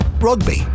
Rugby